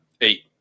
eight